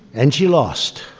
and she lost